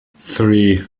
three